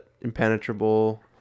impenetrable